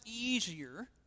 easier